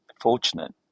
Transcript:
fortunate